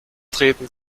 treten